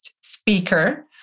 speaker